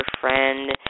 friend